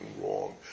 wrong